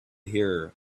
hear